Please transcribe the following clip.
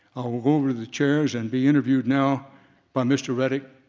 will go over the chairs and be interviewed now by mr. reddick.